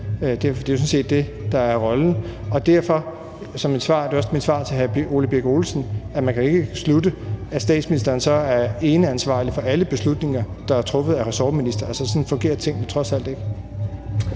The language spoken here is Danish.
det er sådan set det, der er rollen, og derfor er mit svar også, som det var til hr. Ole Birk Olesen, nemlig at man ikke kan slutte, at statsministeren så er eneansvarlig for alle beslutninger, der er truffet af ressortministre. Sådan fungerer tingene trods alt ikke.